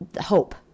hope